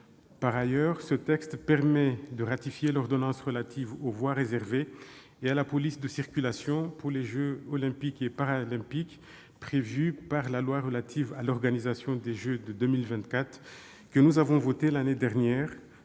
Par ailleurs, le texte permet de ratifier l'ordonnance relative aux voies réservées et à la police de la circulation pour les jeux Olympiques et Paralympiques prévue par la loi relative à l'organisation des jeux de 2024, que nous avons adoptée l'année dernière.